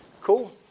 Cool